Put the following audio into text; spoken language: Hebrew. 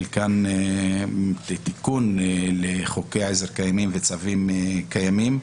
חלקם תיקון לחוקי עזר וצווים קיימים.